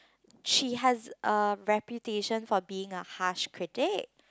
she has a reputation for being a harsh critic